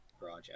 Garage